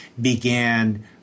began